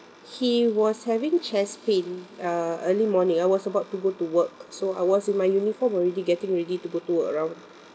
he was having chest pain uh early morning I was about to go to work so I was in my uniform already getting ready to go to work around